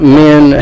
men